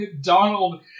Donald